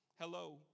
Hello